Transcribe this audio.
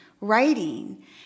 writing